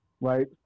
right